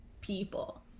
people